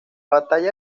batalla